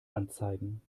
anzeigen